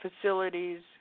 facilities